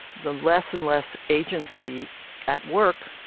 the less and less agency at work,